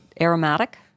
aromatic